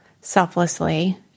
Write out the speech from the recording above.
selflessly